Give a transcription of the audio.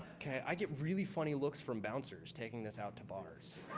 okay? i get really funny looks from bouncers taking this out to bars.